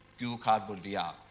google cardboard vr. ah